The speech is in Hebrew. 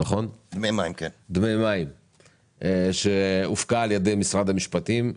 דמי מים שהופקע על ידי משרד המשפטים.